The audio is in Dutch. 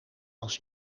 als